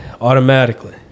automatically